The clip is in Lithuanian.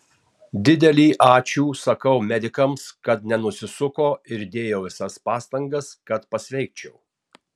didelį ačiū sakau medikams kad nenusisuko ir dėjo visas pastangas kad pasveikčiau